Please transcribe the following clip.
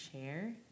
share